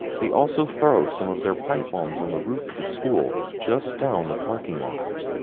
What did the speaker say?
they also throw some of their pipe bombs on the roof of the school just down the parking lot.